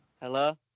Hello